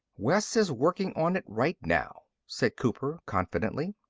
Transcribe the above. wes is working on it right now, said cooper confidently.